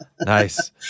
Nice